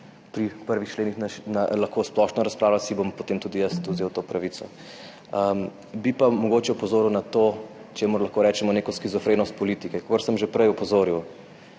pri prvih členih lahko splošno razpravlja, si bom potem tudi jaz vzel to pravico. Bi pa mogoče opozoril na to, čemur lahko rečemo neka shizofrenost politike. Kakor sem že prej opozoril,